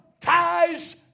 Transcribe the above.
ties